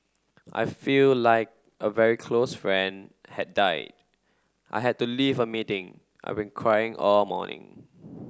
I feel like a very close friend had died I had to leave a meeting I've been crying all morning